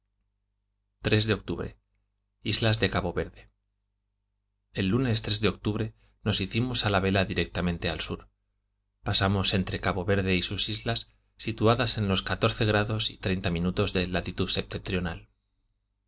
iii de octubre islas de cabo verde el lunes de octubre nos hicimos a la vela directamente al sur pasamos entre cabo verde y sus islas situadas en los grados y treinta minutos de latitud septentrional